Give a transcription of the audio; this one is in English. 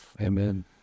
Amen